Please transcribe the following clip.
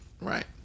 Right